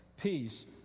peace